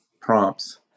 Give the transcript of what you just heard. prompts